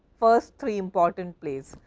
first three important plays,